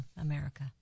America